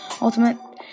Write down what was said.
Ultimate